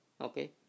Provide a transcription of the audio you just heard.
okay